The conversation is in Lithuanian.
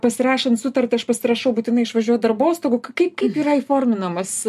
pasirašant sutartį aš pasirašau būtinai išvažiuot darbostogų kaip kaip yra įforminamas